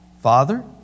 Father